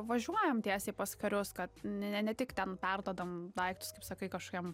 važiuojam tiesiai pas karius kad ne ne ne tik ten perduodam daiktus kaip sakai kažkokiam